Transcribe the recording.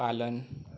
पालन